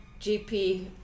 GP